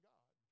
God